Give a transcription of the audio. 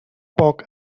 poc